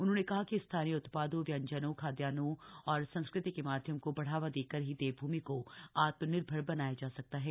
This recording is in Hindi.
उन्होंने कहा कि स्थानीय उत्पादों व्यंजनों खाद्यान्नों और संस्कृति के माध्यम को बढ़ावा देकर ही देवभूमि को आत्मनिर्भर बनाया जा सकता है